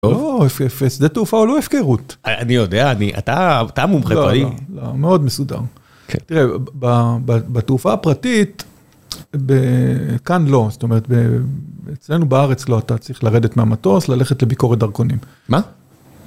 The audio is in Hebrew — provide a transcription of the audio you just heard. שדה תעופה הוא לא הפקרות. אני יודע, אתה המומחה פה. לא, לא, לא, מאוד מסודר. תראה, בתעופה הפרטית, כאן לא, זאת אומרת, אצלנו בארץ לא, אתה צריך לרדת מהמטוס, ללכת לביקורת דרכונים. מה?